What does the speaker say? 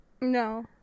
No